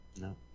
no